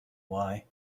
why